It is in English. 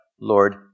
Lord